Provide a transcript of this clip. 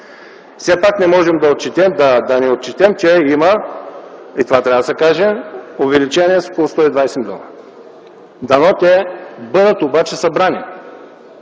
Все пак не можем да не отчетем, че има – това трябва да се каже – увеличение с около 120 млн. лв. Дано те бъдат обаче събрани.